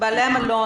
היינו בדבוריה,